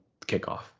kickoff